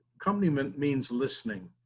accompaniment means listening,